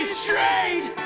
straight